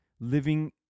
living